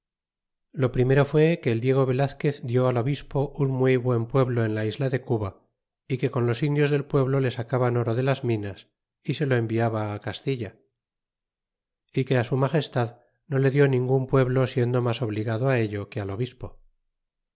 lo primero fué que el diego velazquez dió al obispo un muy buen pueblo en la isla de cuba y que con los indios del pueblo le sacaban oro de las minas y se lo enviaba castilla y que á su magestad no ello le dió ningun pueblo siendo mas obligado que al obispo